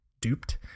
duped